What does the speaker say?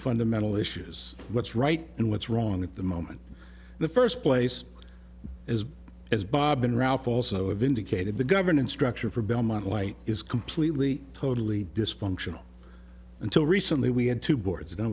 fundamental issues what's right and what's wrong at the moment the first place as as bob and ralph also have indicated the governance structure for belmont light is completely totally dysfunctional until recently we had two boards